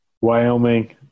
Wyoming